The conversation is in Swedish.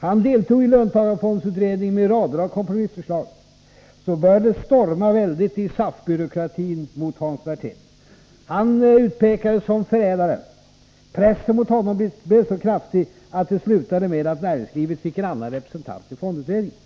Han deltog i löntagarfondsutredningen med rader av kompromissförslag. Så började det storma .väldigt i SAF-byråkratin mot Hans Werthén. Han utpekades som förrädare. Pressen mot honom blev så kraftig att det hela slutade med att näringslivet fick en annan representant i fondutredningen.